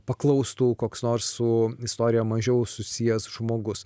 paklaustų koks nors su istorija mažiau susijęs žmogus